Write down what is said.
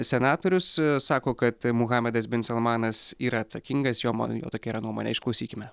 senatorius sako kad muhamedas bin salmanas yra atsakingas jo tokia yra nuomonė išklausykime